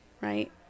right